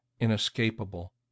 inescapable